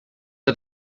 que